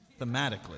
thematically